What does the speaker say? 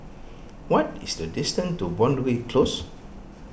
what is the distance to Boundary Close